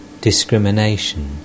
discrimination